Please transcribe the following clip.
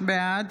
בעד